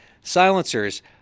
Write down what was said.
silencers